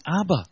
Abba